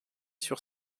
sur